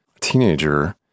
teenager